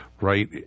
right